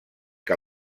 que